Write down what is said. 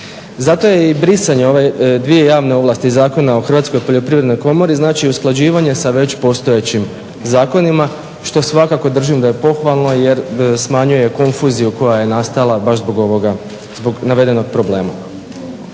Zato je i brisanje ove dvije javne ovlasti zakona o Hrvatske poljoprivredne komori znači usklađivanje sa već postojećim zakonima što svakako držim da je pohvalno jer smanjuje konfuziju koja je nastala baš zbog navedenog problema.